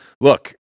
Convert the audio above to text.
Look